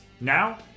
Now